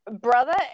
brother